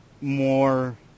more